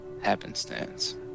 happenstance